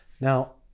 Now